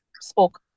spoke